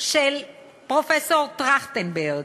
של פרופסור טרכטנברג,